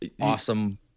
awesome